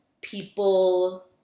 people